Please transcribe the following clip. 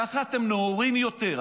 כך אתם נאורים יותר.